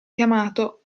chiamato